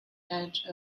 edge